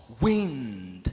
wind